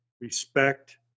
respect